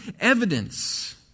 evidence